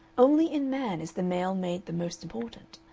only in man is the male made the most important.